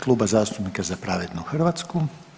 Kluba zastupnika Za pravednu Hrvatsku.